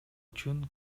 үчүн